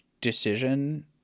decision